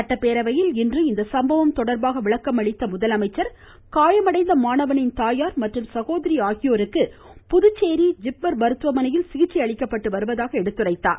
சட்டப்பேரவையில் இன்று இந்த சம்பவம் தொடர்பாக விளக்கம் அளித்தஅவர் காயமடைந்த மாணவனின் தாயார் மற்றும் சகோதரி ஆகியோருக்கு புதுச்சேரி ஜிப்மர் மருத்துவமனையில் சிகிச்சை அளிக்கப்பட்டு வருவதாக எடுத்துரைத்தார்